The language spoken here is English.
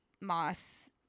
Moss